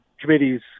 committees